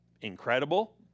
incredible